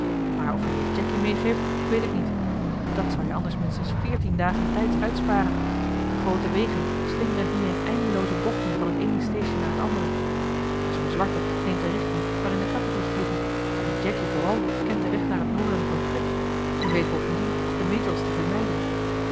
maar of hij je jacky meegeeft weet ik niet dat zou je anders minstens veertien dagen tijds uitsparen de groote wegen slingeren hier in eindelooze bochten van het eene station naar het andere maar zoo'n zwarte neemt de richting waarin de kakatoes vliegen en jacky vooral kent den weg naar het noorden op een prik en weet bovendien de majols te vermijden